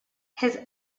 his